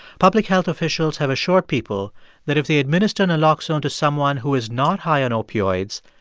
public health officials have assured people that if they administer naloxone to someone who is not high on opioids,